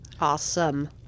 Awesome